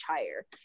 higher